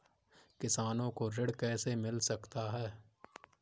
किसानों को ऋण कैसे मिल सकता है?